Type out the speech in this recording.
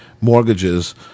mortgages